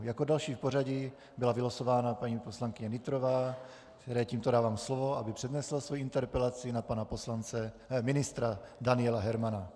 Jako další v pořadí byla vylosována paní poslankyně Nytrová, které tímto dávám slovo, aby přednesla svoji interpelaci na pana ministra Daniela Hermana.